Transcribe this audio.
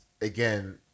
again